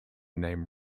named